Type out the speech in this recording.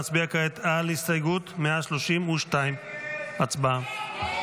נצביע כעת על הסתייגות 132. הצבעה.